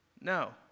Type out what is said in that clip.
no